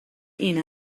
این